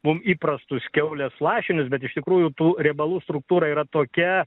mum įprastus kiaulės lašinius bet iš tikrųjų tų riebalų struktūra yra tokia